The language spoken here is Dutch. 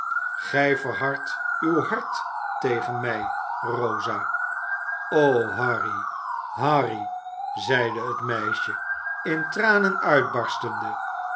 gij verhardt uw hart tegen mij rosa o harry harry zeide het meisje in tranen uitbarstende